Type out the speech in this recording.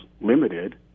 limited